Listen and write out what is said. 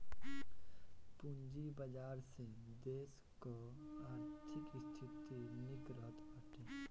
पूंजी बाजार से देस कअ आर्थिक स्थिति निक रहत बाटे